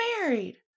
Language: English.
married